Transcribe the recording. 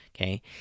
okay